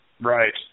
Right